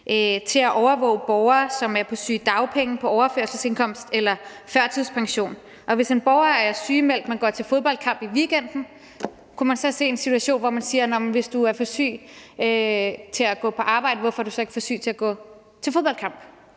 til at overvåge borgere, som er på sygedagpenge, på overførselsindkomst eller førtidspension. Hvis en borger er sygemeldt, men går til fodboldkamp i weekenden, kunne man så se en situation, hvor man siger, at hvis du er for syg til at gå på arbejde, hvorfor er du så ikke for syg til at gå til fodboldkamp?